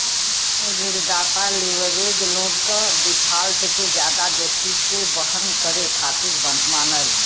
ऋणदाता leverage loan क default के जादा जोखिम के वहन करे खातिर मानला